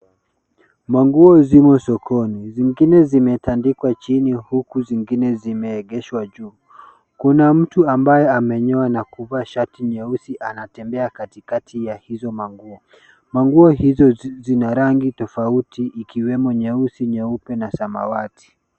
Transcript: Manguo zimo sokoni. Zingine zimetandikwa chini, huku zingine zimeegeshwa juu. Kuna mtu ambaye amenyoa na kuvaa shati nyeusi anatembea katikati ya hizo manguo. Manguo hizo zina rangi tofauti ikiwemo nyeusi, nyeupe na samawati.